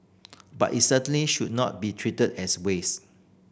but it certainly should not be treated as waste